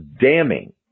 damning